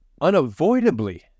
unavoidably